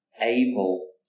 able